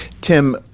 Tim